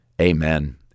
amen